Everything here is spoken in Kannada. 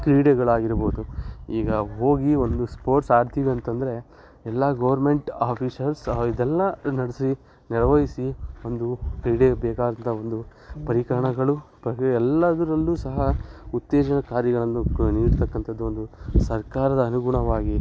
ಕ್ರೀಡೆಗಳಾಗಿರ್ಬೋದು ಈಗ ಹೋಗಿ ಒಂದು ಸ್ಪೋರ್ಟ್ಸ್ ಆಡ್ತೀವಿ ಅಂತಂದರೆ ಎಲ್ಲ ಗೋರ್ಮೆಂಟ್ ಆಫೀಷಿಯಲ್ಸ್ ಇದೆಲ್ಲ ನಡೆಸಿ ನಿರ್ವಹಿಸಿ ಒಂದು ಕ್ರೀಡೆಗೆ ಬೇಕಾದಂಥ ಒಂದು ಪರಿಕರಣಗಳು ಎಲ್ಲದರಲ್ಲೂ ಸಹ ಉತ್ತೇಜನ ಕಾರ್ಯಗಳನ್ನು ಕ ನೀಡ್ತಕ್ಕಂಥದ್ದು ಒಂದು ಸರ್ಕಾರದ ಅನುಗುಣವಾಗಿ